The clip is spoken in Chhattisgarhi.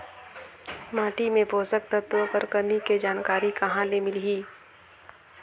माटी मे पोषक तत्व कर कमी के जानकारी कहां ले मिलही?